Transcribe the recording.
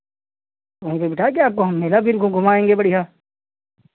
वहीं पे बिठा के हम मेला भी घुमाएंगे बढ़ियाँ